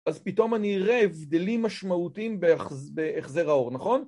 אז פתאום אני יראה הבדלים משמעותיים בהחז... בהחזר האור, נכון?